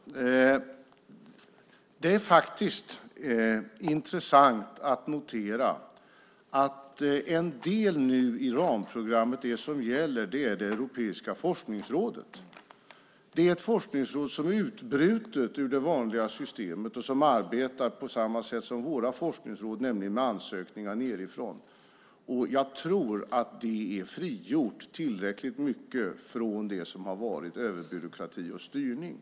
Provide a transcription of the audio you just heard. Fru talman! Det är faktiskt intressant att notera att en del nu i det ramprogram som gäller är det europeiska forskningsrådet. Det är ett forskningsråd som är utbrutet ur det vanliga systemet och som arbetar på samma sätt som våra forskningsråd, nämligen med ansökningar nedifrån. Jag tror att det är frigjort tillräckligt mycket från det som har varit överbyråkrati och styrning.